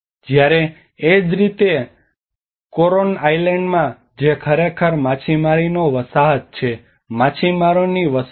જ્યારે એ જ રીતે કોરોન આઇલેન્ડમાં જે ખરેખર માછીમારીનો વસાહત છે માછીમારોની વસાહતો